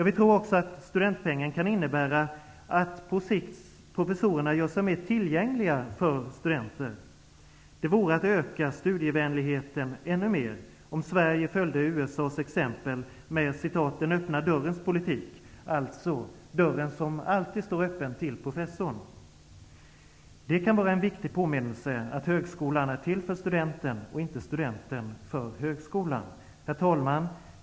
Vi tror också att ''studentpengen'' kan innebära att professorerna på sikt gör sig mer tillgängliga för studenter. Det vore att öka studievänligheten ännu mer om Sverige följde USA:s exempel med ''den öppna dörrens politik'', alltså dörren som alltid står öppen in till professorn. Det kan vara en viktig påminnelse att högskolan är till för studenten och inte studenten för högskolan. Herr talman!